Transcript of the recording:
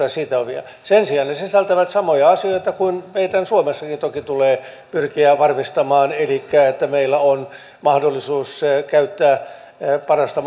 ja sitovia sen sijaan ne sisältävät samoja asioita kuin mitä meidän suomessakin toki tulee pyrkiä varmistamaan elikkä että meillä on mahdollisuus käyttää parasta